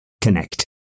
connect